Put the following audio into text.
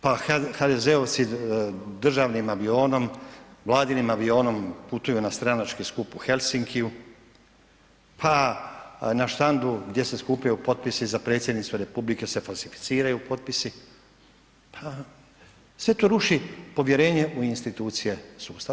Pa HDZ-ovci državnim avionom, vladinim avionom putuju na stranački skup u Helsinkiju, pa na štandu gdje se skupljaju potpisi za predsjednicu Republike se falsificiraju potpisi, sve to ruši povjerenje u institucije sustava.